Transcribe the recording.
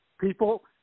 people